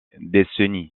décennies